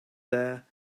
there